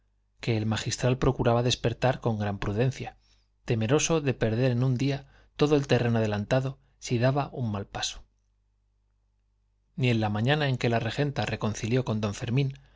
que el magistral procuraba despertar con gran prudencia temeroso de perder en un día todo el terreno adelantado si daba un mal paso ni en la mañana en que la regenta reconcilió con don fermín